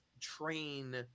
train